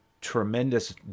tremendous